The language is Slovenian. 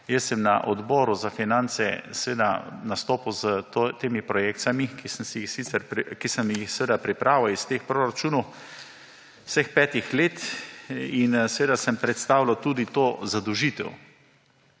dilemo. Na Odboru za finance sem nastopil s temi projekcijami, ki sem jih seveda pripravil iz teh proračunov vseh petih let, in sem predstavljal tudi to zadolžitev